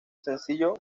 sencillo